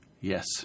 Yes